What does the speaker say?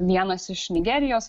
vienas iš nigerijos